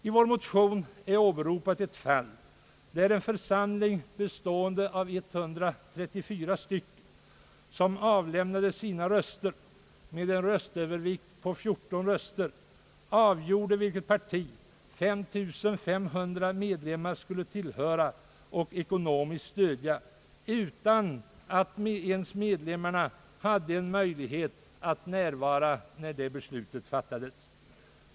I vår motion åberopas ett fall, där en församling bestående av 134 personer avlämnade sina röster och med en röstövervikt på 14 röster avgjorde, vilket parti 5500 medlemmar skulle tillhöra och ekonomiskt stödja, utan att medlemmarna ens hade möjlighet att närvara när beslutet fattades.